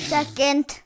Second